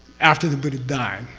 after the buddha died,